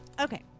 Okay